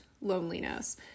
loneliness